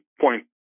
point